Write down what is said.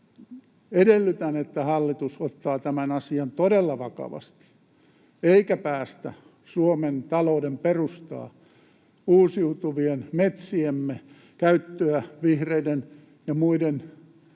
Edellytän, että hallitus ottaa tämän asian todella vakavasti eikä päästä Suomen talouden perustaa, uusiutuvien metsiemme käyttöä, vihreiden ja muiden